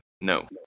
No